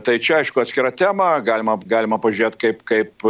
tai čia aišku atskira tema galima galima pažiūrėt kaip kaip